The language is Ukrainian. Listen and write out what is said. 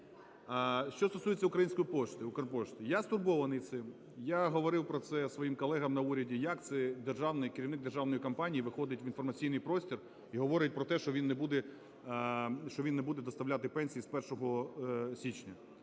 Що стосується української пошти "Укрпошти", я стурбований цим, я говорив про це своїм колегам на уряді, як цей державний керівник державної компанії виходить в інформаційний простір і говорить про те, що він не буде доставляти пенсії з 1 січня.